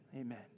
Amen